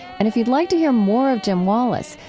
and if you'd like to hear more of jim wallis,